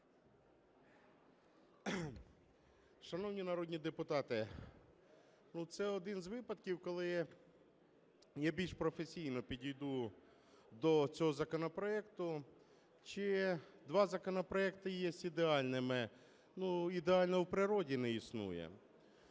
Шановні народні депутати, це один з випадків, коли я більш професійно підійду до цього законопроекту. Чи два законопроекти є ідеальними? Ідеального у природі не існує.